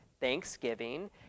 Thanksgiving